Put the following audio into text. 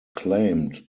claimed